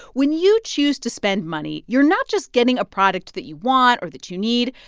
when you choose to spend money, you're not just getting a product that you want or that you need.